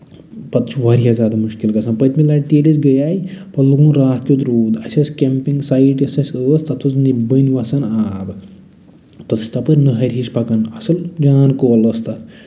پَتہٕ چھُ ورایاہ زیادٕ مُشکِل گژھان پٔتمہِ لَٹہِ تہِ ییٚلہِ أسۍ گیے پٮ۪وٚو پَتہٕ راتھ کیُتھ روٗد اَسہِ ٲسۍ کٮ۪مپِنگ سایِٹ یۄس ٲسۍ تَتھ اوس بٔنۍ وَسان آب تَتھ چھِ تَپٲری نِہر ہِش پَکان اَصٕل جان کۄل ٲسۍ تَتھ